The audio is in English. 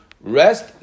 rest